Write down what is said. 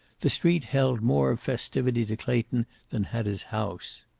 the street held more of festivity to clayton than had his house.